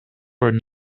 were